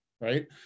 right